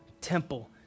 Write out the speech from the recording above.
temple